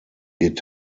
geht